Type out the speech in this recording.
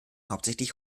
hauptsächlich